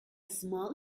small